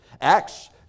Acts